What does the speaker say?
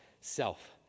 self